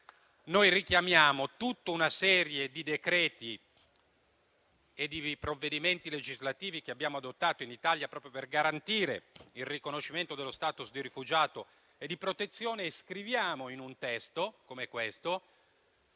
noi richiamiamo tutta una serie di provvedimenti legislativi che abbiamo adottato in Italia proprio per garantire il riconoscimento dello *status* di rifugiato e di protezione e scriviamo in un testo come questo: